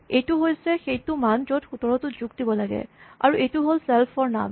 H টো হৈছে সেইটো মান য'ত ১৭ টো যোগ দিব লাগে আৰু সেইটো হ'ল ছেল্ফ ৰ নাম